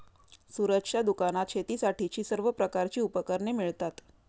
सूरजच्या दुकानात शेतीसाठीची सर्व प्रकारची उपकरणे मिळतात